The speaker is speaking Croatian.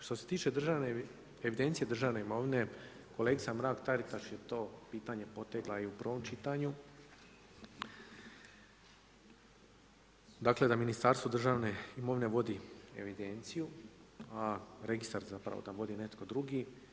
Što se tiče državne evidencije državne imovine, kolegica Mrak Taritaš je to pitanje potegla i u prvom čitanju, dakle, da Ministarstvo državne imovine vodi evidenciju, a registar da vodi netko drugi.